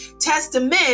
testament